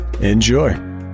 enjoy